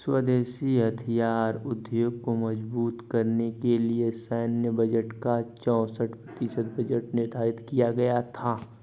स्वदेशी हथियार उद्योग को मजबूत करने के लिए सैन्य बजट का चौसठ प्रतिशत बजट निर्धारित किया गया था